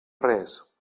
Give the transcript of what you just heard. res